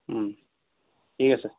ঠিক আছে